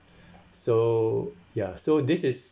so ya so this is